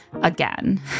again